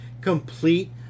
complete